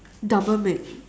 double meal